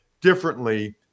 differently